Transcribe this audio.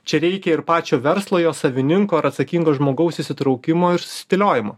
čia reikia ir pačio verslo jo savininko ar atsakingo žmogaus įsitraukimo ir susidėliojimo